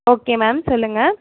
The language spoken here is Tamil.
ஓகே மேம் சொல்லுங்கள்